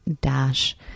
dash